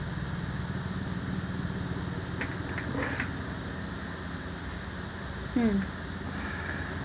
mm